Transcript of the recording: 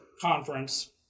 Conference